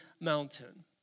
mountain